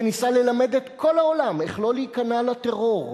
שניסה ללמד את כל העולם איך לא להיכנע לטרור,